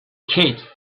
kid